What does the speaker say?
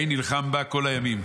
ויהי נלחם בה כל הימים.